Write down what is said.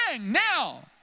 now